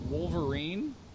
Wolverine